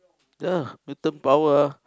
ya mutant power ah